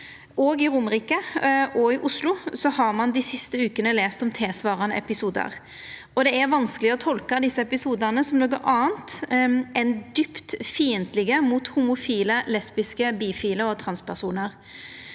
På Romerike og i Oslo har ein dei siste vekene lese om tilsvarande episodar, og det er vanskeleg å tolka desse episodane som noko anna enn djupt fiendtlege mot homofile, lesbiske, bifile og transpersonar.